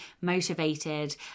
motivated